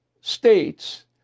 states